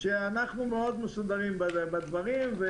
אנחנו מאוד מסודרים מבחינת הדברים האלה,